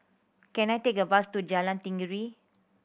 can I take a bus to Jalan Tenggiri